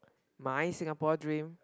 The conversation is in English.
my Singapore dream